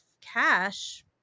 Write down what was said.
cash